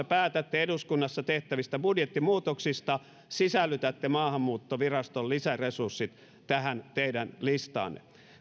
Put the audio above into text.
päätätte eduskunnassa tehtävistä budjettimuutoksista sisällytätte maahanmuuttoviraston lisäresurssit tähän teidän listaanne